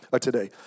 today